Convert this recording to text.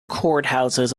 courthouses